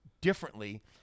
differently